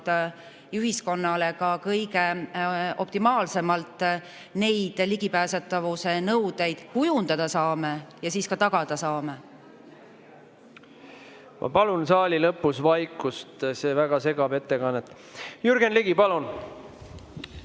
ühiskonnale kõige optimaalsemalt saame neid ligipääsetavuse nõudeid kujundada ja siis ka tagada. Ma palun saali lõpuosas vaikust, see väga segab ettekannet. Jürgen Ligi, palun!